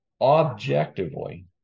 objectively